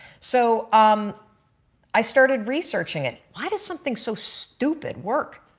so um i started researching it why does something so stupid work,